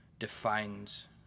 defines